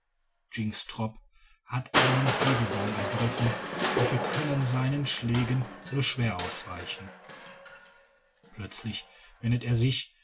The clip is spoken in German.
jynxtrop hat einen hebebaum ergriffen und wir können seinen schlägen nur schwer ausweichen plötzlich wendet er sich